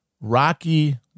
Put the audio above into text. rocky